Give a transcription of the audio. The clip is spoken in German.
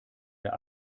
der